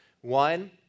One